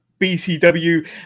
BCW